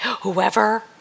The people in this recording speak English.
whoever